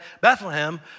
Bethlehem